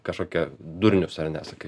kažkokia durnius ar ne sakai